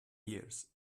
years